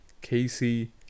Casey